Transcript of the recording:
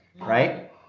Right